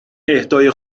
اهدای